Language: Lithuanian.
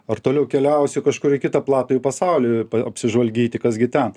ar toliau keliausiu kažkur į kitą platųjį pasaulį apsižvalgyti kas gi ten